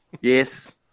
Yes